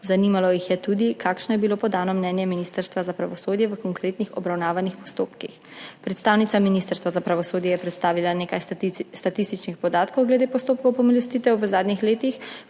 Zanimalo jih je tudi, kakšno je bilo podano mnenje Ministrstva za pravosodje v konkretnih obravnavanih postopkih. Predstavnica Ministrstva za pravosodje je predstavila nekaj statističnih podatkov glede postopkov pomilostitev v zadnjih letih,